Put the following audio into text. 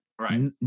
Right